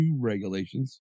regulations